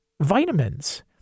vitamins